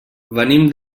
venim